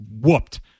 whooped